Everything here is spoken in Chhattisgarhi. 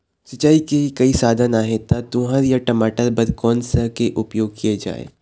सिचाई के कई साधन आहे ता तुंहर या टमाटर बार कोन सा के उपयोग किए जाए?